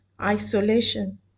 Isolation